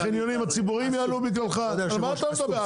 החניונים הציבוריים יעלו בגללך על מה אתה מדבר,